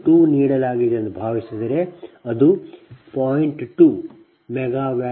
2 ನೀಡಲಾಗಿದೆ ಎಂದು ಭಾವಿಸಿದರೆ ಅಂದರೆ 0